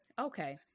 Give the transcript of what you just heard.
Okay